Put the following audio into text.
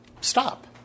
stop